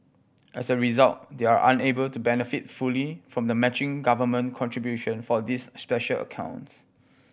as a result they are unable to benefit fully from the matching government contribution for these special accounts